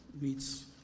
meets